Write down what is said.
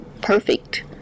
perfect